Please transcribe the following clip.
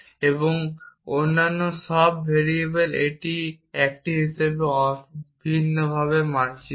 এবং অন্যান্য সব ভেরিয়েবল এটি একটি হিসাবে অভিন্নভাবে মানচিত্র